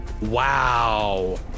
Wow